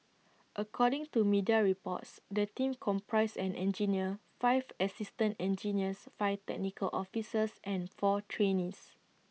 according to media reports the team comprised an engineer five assistant engineers five technical officers and four trainees